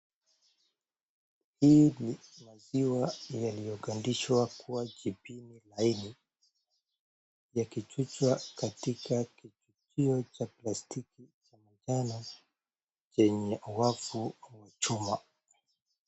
Hii ni maziwa yaliyogandishwa kwa kipini laini yakichujwa katika kichujio cha plastiki cha manjano chenye wafu wa chuma .